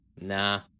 nah